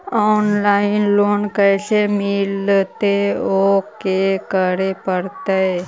Online loan कैसे मिलतै औ का करे पड़तै?